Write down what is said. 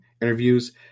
interviews